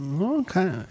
Okay